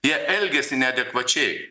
jie elgiasi neadekvačiai